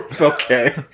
Okay